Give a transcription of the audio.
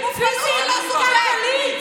ולהיאבק עבור הערכים הלאומיים של עם ישראל.